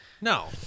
No